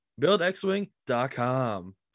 BuildXWing.com